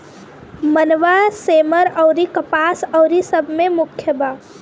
मनवा, सेमर अउरी कपास अउरी सब मे मुख्य बा